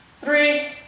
three